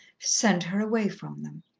send her away from them.